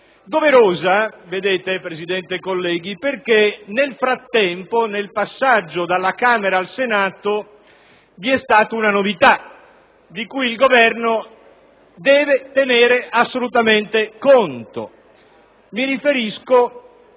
doverosa perché, onorevoli colleghi, nel frattempo, nel passaggio dalla Camera al Senato, vi è stata una novità di cui il Governo deve tenere assolutamente conto. Mi riferisco